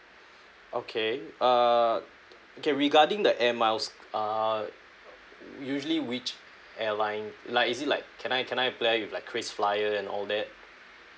okay err okay regarding the air miles err usually which airline like is it like can I can I apply with like kris flyer and all that